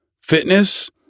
fitness